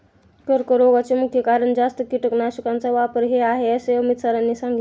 कर्करोगाचे मुख्य कारण जास्त कीटकनाशकांचा वापर हे आहे असे अमित सरांनी सांगितले